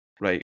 right